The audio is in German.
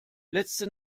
letzte